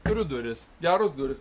turiu duris geros durys